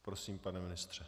Prosím, pane ministře.